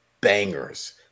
bangers